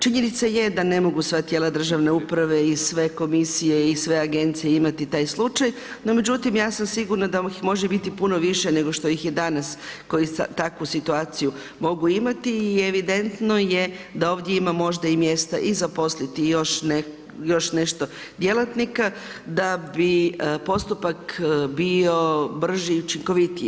Činjenica je da ne mogu sva tijela državne uprave i sve komisije i sve agencije imati taj slučaj no međutim ja sam sigurna da ih može biti puno više nego što ih je danas koji takvu situaciju mogu imati i evidentno je da ovdje ima možda i mjesta i zaposliti i još nešto djelatnika da bi postupak bio brži i učinkovitiji.